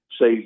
say